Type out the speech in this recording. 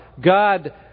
God